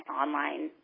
online